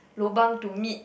lobang to meet